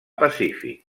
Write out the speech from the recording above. pacífic